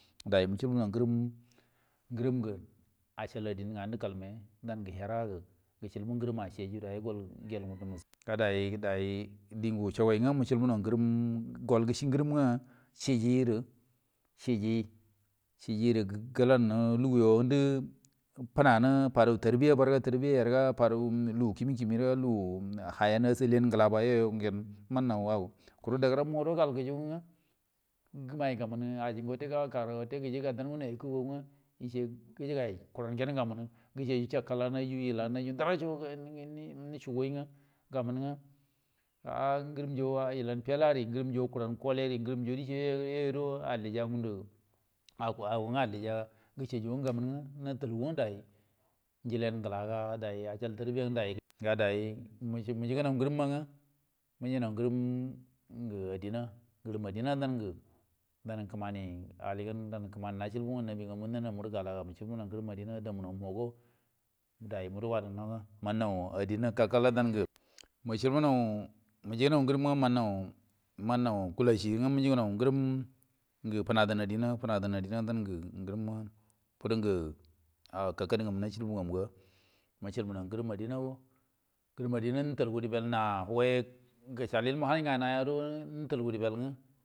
Ngrim nge acal adin ngan kalmai ganl her rawo cilbu ngrim nge acigo dai wo yo dai dai ngo nge wucego gal cilbuno yi gede ciji re galanno die finani fado tarbi burun ra larbiya lugu kimikinui ya ri hauyan asaliyo ngela ben mun noy au kuru dagaramma wo do gal gujugi mai gemumanu ji gaji gai nge ice gaji gai gece indaracon nge yuron tilan kuran kole yu au au nga alliya g gele ge cauyu gange natal gu dai njilan nge la ga darre yijan dai ri dai ece muyuguno ngrim ma nge nijino ngrim nge adinna yinan din nge – dan kimani alligan kimani nacilbuwan na nindi gala cibuno ngrim di adinna dai gudo manno adinna kak kal go die, mucibuno mujige ngrimma manno kulasin nge funadau adinna finadan adinna dange ngrimma ge anan ge kakkade ngamma yu munga mucibono ngrom ma adinna wo ngrim adinna ital lowo dibel na howai do ecal ilnu hai da wuro kimani tal yu dibil hemo.